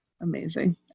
amazing